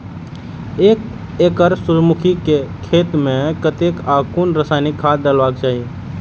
एक एकड़ सूर्यमुखी केय खेत मेय कतेक आ कुन रासायनिक खाद डलबाक चाहि?